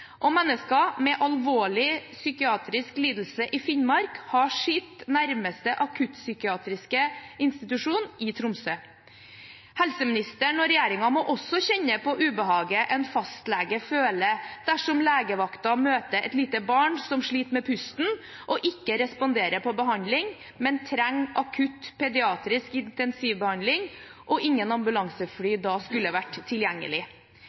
og mennesker med alvorlig psykisk lidelse i Finnmark har sin nærmeste akuttpsykiatriske institusjon i Tromsø. Helseministeren og regjeringen må også kjenne på ubehaget en fastlege føler dersom han på legevakt møter et lite barn som sliter med pusten, ikke responderer på behandling og trenger akutt pediatrisk intensivbehandling, og ingen ambulansefly da er tilgjengelig.